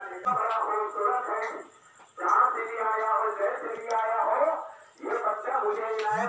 leaf sensor एक machine छ जे पत्तात पानीर कमी नाप छ